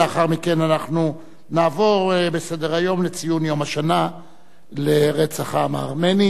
לאחר מכן נעבור לציון יום השנה לרצח העם הארמני.